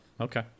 okay